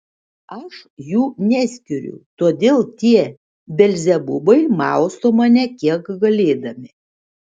aš jų neskiriu todėl tie belzebubai mausto mane kiek galėdami